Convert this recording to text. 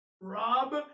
Rob